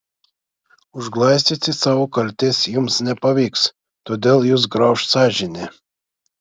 užglaistyti savo kaltės jums nepavyks todėl jus grauš sąžinė